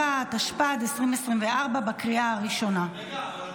תדבר, טוב.